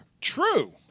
True